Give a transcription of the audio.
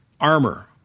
armor